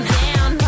down